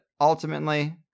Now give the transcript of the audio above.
ultimately